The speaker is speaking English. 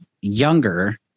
younger